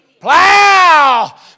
Plow